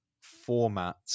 format